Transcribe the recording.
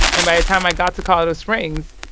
and by the time i got to colorado springs,